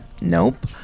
Nope